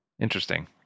Interesting